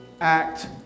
Act